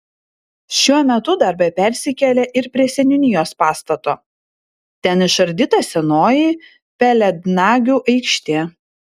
šiuo metu darbai persikėlė ir prie seniūnijos pastato ten išardyta senoji pelėdnagių aikštė